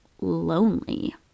lonely